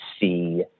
see